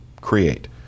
create